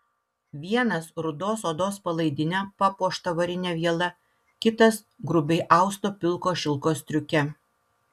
vienas rudos odos palaidine papuošta varine viela kitas grubiai austo pilko šilko striuke